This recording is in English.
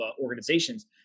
organizations